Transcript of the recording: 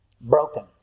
broken